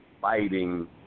fighting